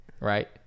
right